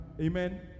Amen